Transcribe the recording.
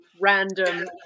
random